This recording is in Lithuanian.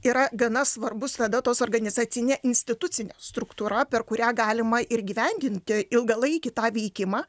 yra gana svarbus tada tos organizacinė institucinė struktūra per kurią galima ir įgyvendinti ilgalaikį tą veikimą